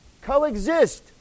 coexist